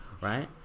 Right